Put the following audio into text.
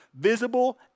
visible